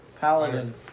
Paladin